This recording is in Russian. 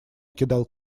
кидал